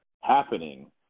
happening